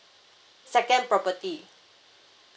second property